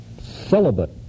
celibate